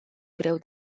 greu